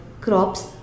crops